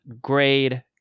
grade